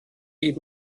die